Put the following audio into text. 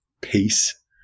peace